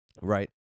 Right